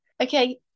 okay